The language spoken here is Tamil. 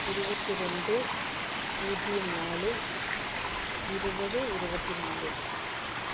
இருபத்தி ரெண்டு பூஜியம் நாலு இருபது இருபத்தி நாலு